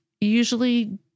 usually